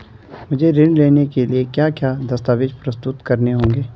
मुझे ऋण लेने के लिए क्या क्या दस्तावेज़ प्रस्तुत करने होंगे?